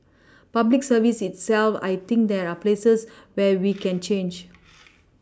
public service itself I think there are places where we can change